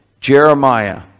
Jeremiah